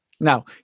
now